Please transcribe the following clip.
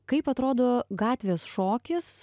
kaip atrodo gatvės šokis